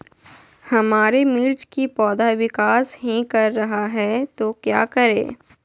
हमारे मिर्च कि पौधा विकास ही कर रहा है तो क्या करे?